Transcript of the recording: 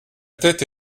tête